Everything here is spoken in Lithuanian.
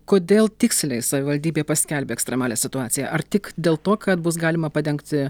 kodėl tiksliai savivaldybė paskelbė ekstremalią situaciją ar tik dėl to kad bus galima padengti